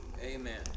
Amen